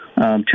two